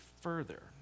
further